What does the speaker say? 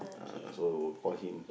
uh so call him